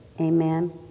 Amen